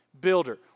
builder